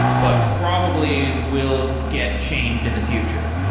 but probably will get changed in the future.